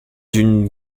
d’une